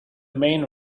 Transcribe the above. main